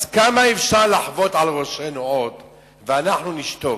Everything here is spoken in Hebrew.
אז כמה אפשר לחבוט על ראשינו עוד ואנחנו נשתוק?